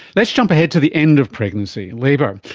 let's jump ahead to the end of pregnancy, labour.